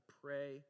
pray